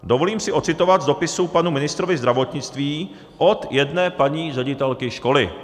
Dovolím si ocitovat z dopisu panu ministrovi zdravotnictví od jedné paní ředitelky školy.